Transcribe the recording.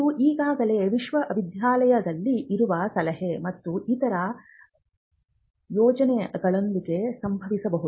ಇದು ಈಗಾಗಲೇ ವಿಶ್ವವಿದ್ಯಾಲಯದಲ್ಲಿ ಇರುವ ಸಲಹಾ ಮತ್ತು ಇತರ ಯೋಜನೆಗಳಿಂದಲೂ ಸಂಭವಿಸಬಹುದು